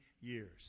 years